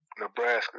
Nebraska